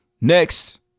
Next